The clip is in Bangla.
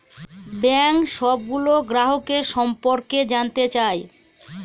ব্যাঙ্ক সবগুলো গ্রাহকের সম্পর্কে জানতে চায়